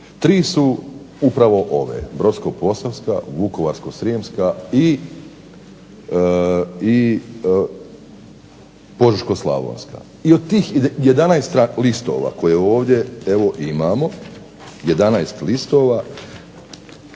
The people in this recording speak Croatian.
3 su upravo ove Brodsko-posavska, Vukovarsko-srijemska i Požeško-slavonska. I od tih 11 listova koje ovdje evo imamo, 11 listova,